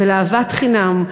ולאהבת חינם,